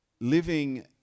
living